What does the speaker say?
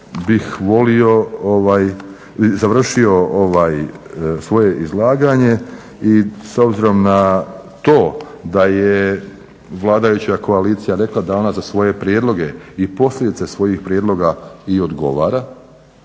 bih završio svoje izlaganje i s obzirom na to da je vladajuća koalicija rekla da ona za svoje prijedloge i posljedice svojih prijedloga i odgovara